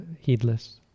heedless